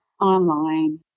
online